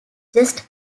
just